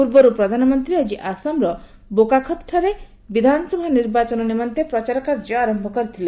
ପୂର୍ବରୁ ପ୍ରଧାନମନ୍ତ୍ରୀ ଆଜି ଆସାମର ବୋକାଖତ୍ଠାରେ ବିଧାନସଭା ନିର୍ବାଚନ ନିମନ୍ତେ ପ୍ରଚାରକାର୍ଯ୍ୟ ଆରମ୍ଭ କରିଛନ୍ତି